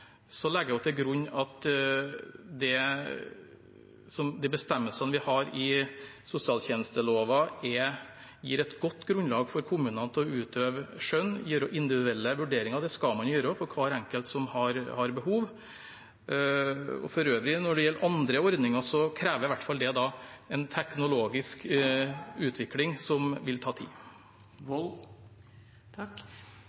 legger jeg til grunn at de bestemmelsene vi har i sosialtjenesteloven, gir et godt grunnlag for kommunalt å utøve skjønn og gjøre individuelle vurderinger. Det skal man gjøre for hver enkelt som har behov. For øvrig, når det gjelder andre ordninger, krever det da i hvert fall en teknologisk utvikling, som vil ta tid.